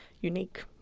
unique